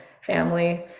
family